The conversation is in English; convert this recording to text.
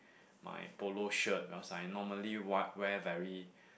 my polo shirt because I normally wear wear very